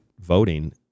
voting